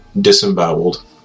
disemboweled